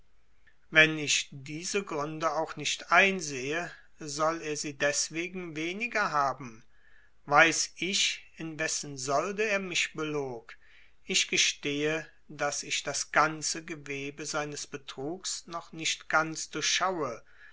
wenn ich diese gründe auch nicht einsehe soll er sie deswegen weniger haben weiß ich in wessen solde er mich belog ich gestehe daß ich das ganze gewebe seines betrugs noch nicht ganz durchschaue